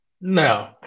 No